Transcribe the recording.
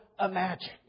imagine